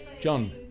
John